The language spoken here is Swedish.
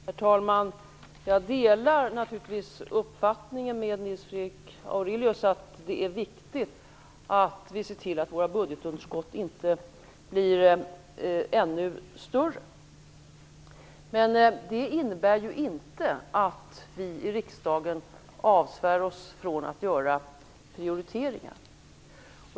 Herr talman! Jag delar naturligtvis Nils Fredrik Aurelius uppfattning att det är viktigt att vi ser till att budgetunderskottet inte blir ännu större. Men det innebär inte att vi i riksdagen avsvär oss från att göra prioriteringar.